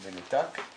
13:21.